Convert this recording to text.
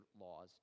laws